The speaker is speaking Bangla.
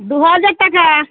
দু হাজার টাকা